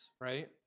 right